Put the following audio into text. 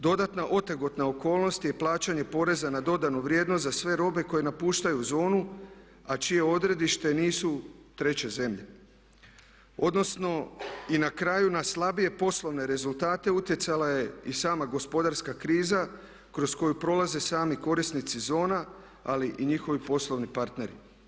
Dodatna otegotna okolnost je i plaćanje poreza na dodanu vrijednost za sve robe koje napuštaju zonu, a čije odredište nisu treće zemlje, odnosno i na kraju na slabije poslovne rezultate utjecala je i sama gospodarska kriza kroz koju prolaze sami korisnici zona, ali i njihovi poslovni partneri.